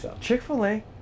Chick-fil-A